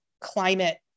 climate